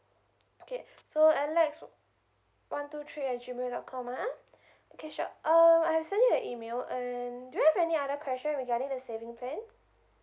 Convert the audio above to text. okay so alex one two three at gmail dot com ah okay sure um I have sent you an email and do you have any other question regarding the saving plan